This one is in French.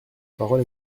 parole